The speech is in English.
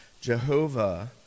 Jehovah